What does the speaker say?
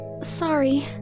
Sorry